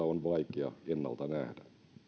on vaikea ennalta nähdä